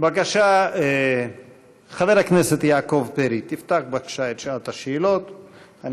בבקשה את שעת השאלות,